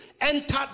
enter